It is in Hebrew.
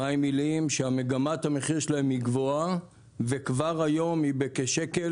מים מיליאים שמגמת המחיר שלהם היא גבוהה וכבר היום היא ב-כשקל